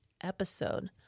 episode